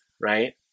Right